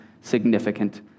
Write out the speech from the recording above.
significant